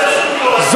לך יש גבול, מה לעשות.